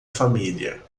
família